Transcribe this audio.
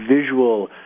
visual